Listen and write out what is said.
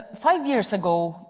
ah five years ago,